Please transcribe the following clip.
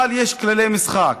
אבל יש כללי משחק,